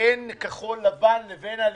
בין כחול לבן לבין הליכוד?